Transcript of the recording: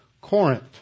Corinth